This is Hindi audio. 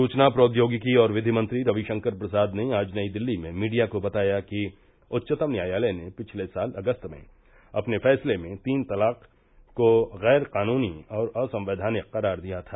सुचना प्रौद्योगिकी और विधि मंत्री रविशंकर प्रसाद ने आज नई दिल्ली में मीडिया को बताया कि उच्चतम न्यायालय ने पिछले साल अगस्त में अपने फैसले में तीन तलाक को गैर कानूनी और असंवैधानिक करार दिया था